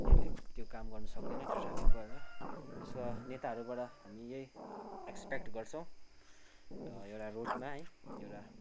उनीहरूले त्यो काम गर्नु सक्दैन त्यो ट्राफिकबाट उसको नेताहरूबाट हामी यही एक्सपेक्ट गर्छौँ एउटा रोडमा है एउटा